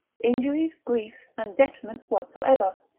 injuries, griefs, and detriments whatsoever,